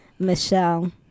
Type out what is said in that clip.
Michelle